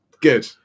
Good